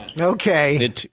okay